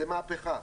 זה מהפכה.